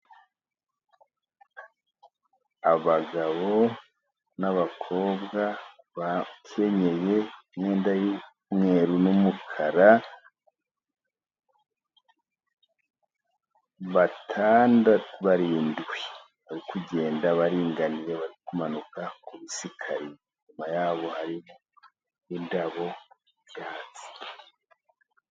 Abagabo n'abakobwa bakenyeye, imyenda y'umweru n'umukara, batandatu barindwi bari kugenda baringaniye, bari kumanuka ku masikariye, inyuma yabo hari n indabo z'ibyatsi.